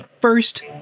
First